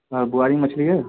اور بواری مچھلی ہے